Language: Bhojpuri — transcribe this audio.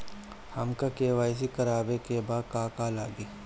हमरा के.वाइ.सी करबाबे के बा का का लागि?